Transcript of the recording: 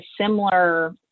similar